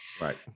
right